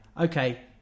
Okay